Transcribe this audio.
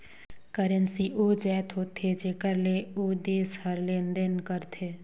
currency ओ जाएत होथे जेकर ले ओ देस हर लेन देन करथे